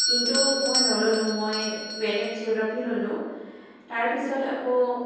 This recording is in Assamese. কিন্তু মই নললোঁ মই বেলেগ জিঅ'গ্ৰাফি ললোঁ তাৰপিছত আকৌ